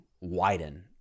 widen